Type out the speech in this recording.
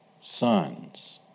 sons